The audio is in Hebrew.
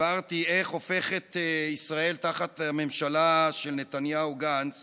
הסברתי איך הופכת ישראל תחת הממשלה של נתניהו-גנץ